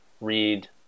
read